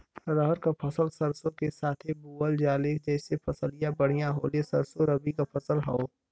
रहर क फसल सरसो के साथे बुवल जाले जैसे फसलिया बढ़िया होले सरसो रबीक फसल हवौ